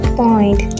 point